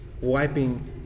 wiping